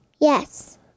Yes